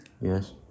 Yes